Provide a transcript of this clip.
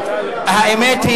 יש פה דבר מאוד מעניין.